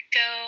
go